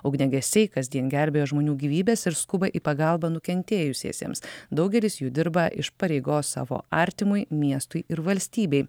ugniagesiai kasdien gelbėjo žmonių gyvybes ir skuba į pagalbą nukentėjusiesiems daugelis jų dirba iš pareigos savo artimui miestui ir valstybei